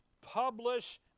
publish